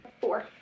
Four